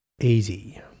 easy